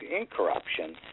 incorruption